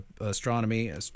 astronomy